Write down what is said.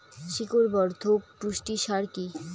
শিকড় বর্ধক পুষ্টি সার কি?